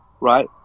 right